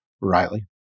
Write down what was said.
Riley